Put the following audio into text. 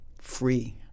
free